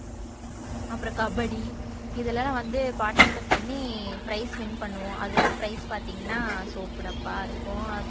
அப்புறோம் கபடி இதிலெல்லாம் வந்து பார்டிஸ்பேட் பண்ணி ப்ரைஸ் வின் பண்ணுவோம் அதே ப்ரைஸ் பார்த்திங்கனா சோப் டப்பாருக்கும்